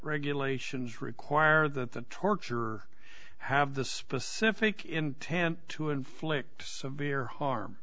regulations require that the torture have the specific intent to inflict severe harm